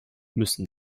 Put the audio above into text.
müssen